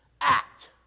act